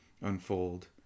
unfold